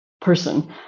person